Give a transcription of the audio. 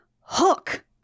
hook